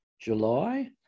July